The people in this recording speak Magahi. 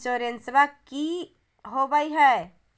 इंसोरेंसबा की होंबई हय?